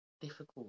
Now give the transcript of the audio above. difficult